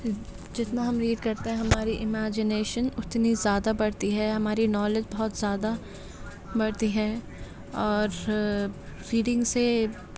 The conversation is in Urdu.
جتنا ہم ریڈ کرتے ہیں ہماری ایمیجنیشن اتنی زیادہ بڑھتی ہے ہماری نالج بہت زیادہ بڑھتی ہے اور ریڈنگ سے